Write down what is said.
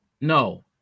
no